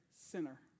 sinner